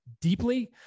deeply